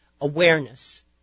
awareness